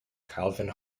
calvin